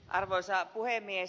arvoisa puhemies